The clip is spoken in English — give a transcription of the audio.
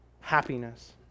happiness